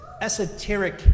esoteric